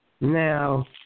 Now